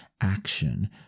action